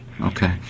Okay